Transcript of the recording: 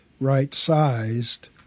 right-sized